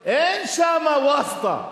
סנטימנטים, אין שמה "ואסטה",